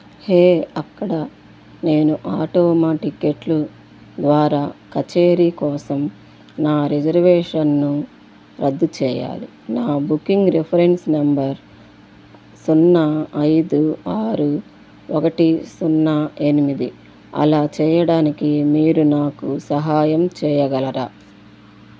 హే అక్కడ నేను ఆటోమ టిక్కెట్లు ద్వారా కచేరీ కోసం నా రిజర్వేషన్ను రద్దు చేయాలి నా బుకింగ్ రిఫరెన్స్ నంబర్ సున్నా ఐదు ఆరు ఒకటి సున్నా ఎనిమిది అలా చేయడానికి మీరు నాకు సహాయం చేయగలరా